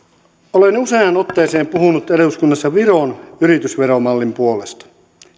olen useaan otteeseen puhunut eduskunnassa viron yritysveromallin puolesta